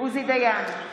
עוזי דיין,